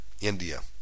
India